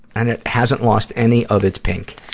and it hasn't lost any of its pink.